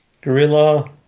Gorilla